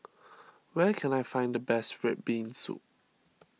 where can I find the best Red Bean Soup